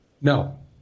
no